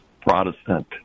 Protestant